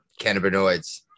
cannabinoids